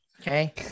Okay